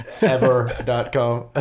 ever.com